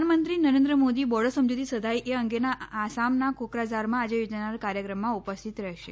પ્રધાનમંત્રી નરેન્દ્ર મોદી બોડી સમજુતી સધાઈ એ અંગેના આસામના કોકરાઝારમાં આજે યોજાનાર કાર્યક્રમમાં ઉપ સ્થિત રહેશે